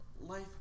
life